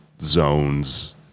zones